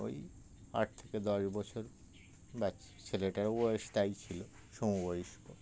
ওই আট থেকে দশ বছর বাচ্চ ছেলেটারও বয়স তাই ছিল সমবয়স্ক